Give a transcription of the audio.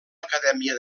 acadèmia